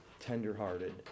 tenderhearted